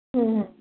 ਹਮ ਹਮ